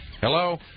Hello